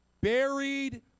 Buried